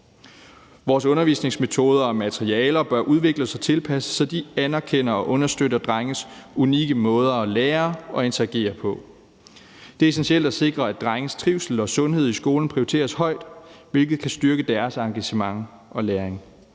Vores undervisningsmetoder og -materialer bør udvikles og tilpasses, så de anerkender og understøtter drenges unikke måder at lære og interagere på. Det er essentielt at sikre, at drenges trivsel og sundhed i skolen prioriteres højt, hvilket kan styrke deres engagement og læring.